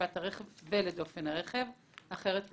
לרצפת הרכב ולדופן הרכב כי אחרת היא